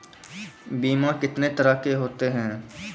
बीमा कितने तरह के होते हैं?